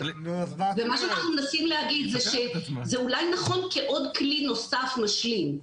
מה שאנחנו מנסים להגיד שזה אולי נכון כעוד כלי נוסף נשים,